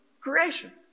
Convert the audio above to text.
creation